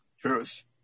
Truth